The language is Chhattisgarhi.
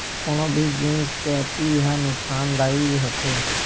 कोनो भी जिनिस के अति ह नुकासानदायी होथे